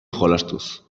jolastuz